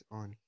on